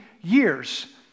years